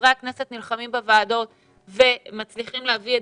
וחברי הכנסת נלחמים בוועדות ומצליחים להביא את